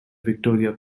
victoria